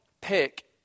pick